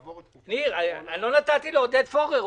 --- ניר, לא נתתי לעודד פורר לדבר.